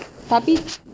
tapi